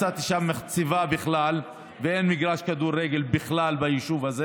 מצאתי שם מחצבה בכלל ואין מגרש כדורגל בכלל ביישוב הזה.